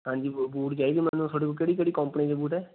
ਹਾਂਜੀ ਬ ਬੂਟ ਚਾਹੀਦੇ ਮਤਲਬ ਤੁਹਾਡੇ ਕੋਲ ਕਿਹੜੀ ਕਿਹੜੀ ਕੌਂਪਨੀ ਦੇ ਬੂਟ ਹੈ